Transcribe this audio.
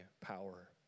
power